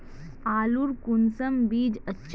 आलूर कुंसम बीज अच्छा?